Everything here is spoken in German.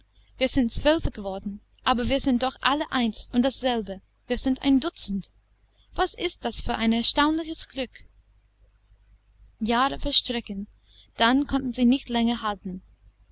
wir sind zwölfe geworden aber wir sind doch alle eins und dasselbe wir sind ein dutzend was ist das für ein erstaunliches glück jahre verstrichen dann konnten sie nicht länger halten